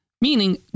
Meaning